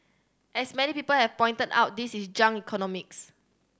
as many people have pointed out this is junk economics